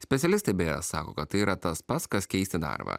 specialistai beje sako kad tai yra tas pats kas keisti darbą